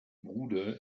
bruder